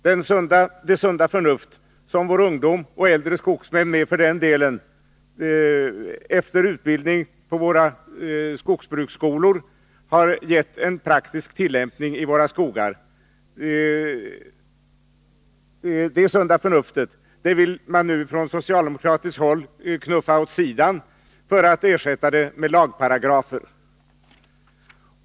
Det sunda förnuft som vår ungdom, och äldre skogsmän med för den delen, efter utbildning vid våra skogsbruksskolor gett en praktisk tillämpning i våra skogar vill socialdemokraterna nu knuffa åt sidan för att ersätta det med lagparagrafer.